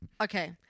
Okay